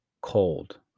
Cold